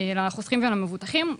לחוסכים ולמבוטחים.